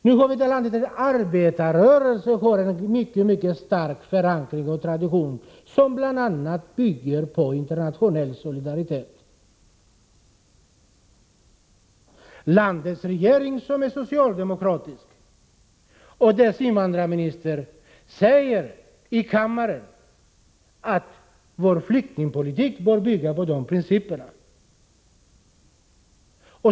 Vi har det land där arbetarrörelsen har en mycket stark förankring och tradition, som bl.a. bygger på internationell solidaritet. Vårt lands regering, som är socialdemokratisk, och dess invandrarminister säger i kammaren att vår flyktingpolitik bör bygga på de principerna.